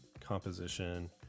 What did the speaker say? composition